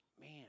man